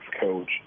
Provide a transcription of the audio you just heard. coach